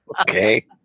Okay